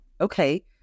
Okay